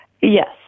Yes